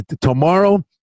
Tomorrow